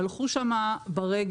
הלכו שם ברגל,